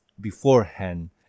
beforehand